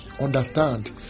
understand